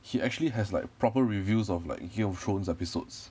he actually has like proper reviews of like game of thrones episodes